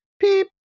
peep